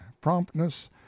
promptness